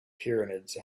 pyramids